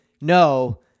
no